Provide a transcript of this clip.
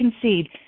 concede